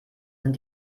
sind